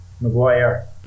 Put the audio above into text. Maguire